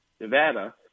Nevada